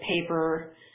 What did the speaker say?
paper